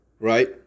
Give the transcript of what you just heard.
right